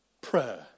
prayer